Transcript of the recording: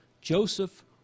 Joseph